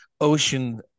ocean